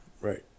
right